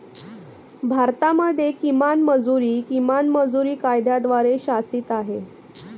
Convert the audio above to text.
भारतामध्ये किमान मजुरी, किमान मजुरी कायद्याद्वारे शासित आहे